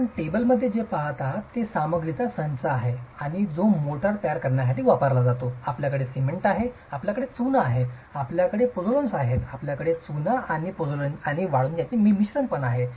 आपण टेबलमध्ये जे पहात आहात ते सामग्रीचा संच आहे जो मोर्टार तयार करण्यासाठी वापरला जातो आपल्याकडे सिमेंट आहे आपल्याकडे चुना आहे आपल्याकडे पोझोलॉन्स आहेत आपल्याकडे चुना आणि पोझोलाना आणि वाळू यांचे मिश्रण आहे